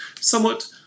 Somewhat